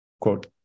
quote